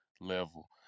level